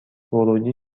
ورودی